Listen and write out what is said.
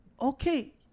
okay